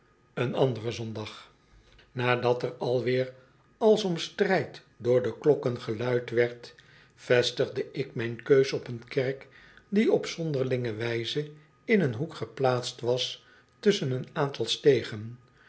een andere zondag nadat er alweer als om strijd door de klokken geluid werd vestigde ik mijn keus op een kerk die op zonderlinge wijze in een hoek geplaatst was tusschen een aantal stegen